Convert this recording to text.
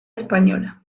española